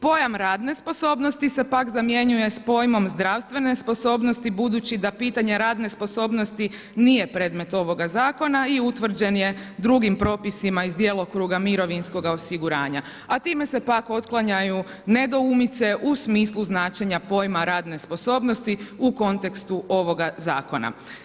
Pojam radne sposobnosti se pak zamjenjuje s pojmom zdravstvene sposobnosti budući da pitanje radne sposobnosti nije predmet ovoga zakona i utvrđen je drugim propisima iz djelokruga mirovinskoga osiguranja, a time se pak otklanjaju nedoumice u smislu značenja pojma radne sposobnosti u kontekstu ovoga Zakona.